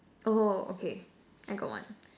oh okay I got one